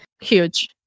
huge